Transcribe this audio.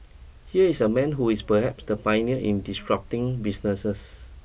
here is a man who is perhaps the pioneer in disrupting businesses